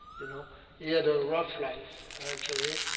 you know he had a rough life, actually.